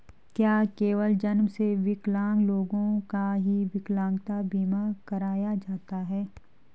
क्या केवल जन्म से विकलांग लोगों का ही विकलांगता बीमा कराया जाता है?